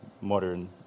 modern